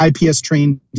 IPS-trained